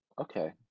Okay